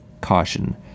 caution